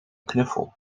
knuffel